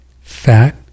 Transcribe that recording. fat